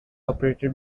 operated